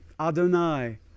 Adonai